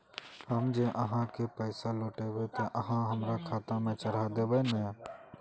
हम जे आहाँ के पैसा लौटैबे ते आहाँ हमरा खाता में चढ़ा देबे नय?